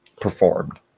performed